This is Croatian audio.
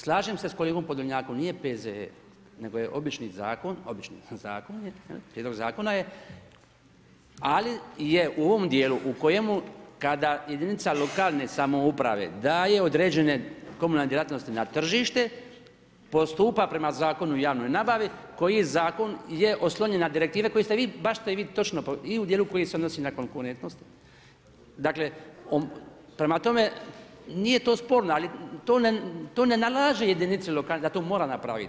Slažem se s kolegom Podolnjakom nije P.Z.E, nego je obični zakon, obični zakon je, jel, prijedlog zakona je ali je u ovom djelu u kojemu kada jedinice lokalne samouprave daje određene komunalne djelatnosti na tržite, postupa prema Zakonu o javnoj nabavi, koji zakon je oslonjen na direktive, koji ste vi, baš ste vi točno, i u dijelu koji se odnosi na konkurentnost, dakle, prema tome, nije to sporno, ali to ne nalaže jedinici lokalnoj, da to mora napraviti.